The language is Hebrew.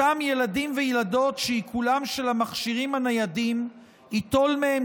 אותם ילדים וילדות שעיקולם של המכשירים הניידים ייטול מהם